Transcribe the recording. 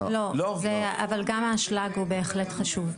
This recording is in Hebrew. לא, אבל גם האשלג הוא בהחלט חשוב.